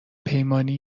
پیمانی